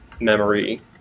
memory